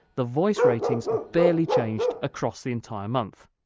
the voice ratings barely changed across the entire month.